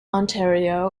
ontario